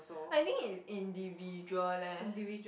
I think it's individual leh